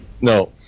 No